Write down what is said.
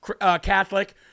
Catholic